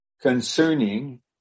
Concerning